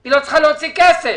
היא לא צריכה להוציא כסף.